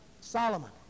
Solomon